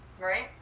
Right